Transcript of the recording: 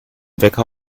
wecker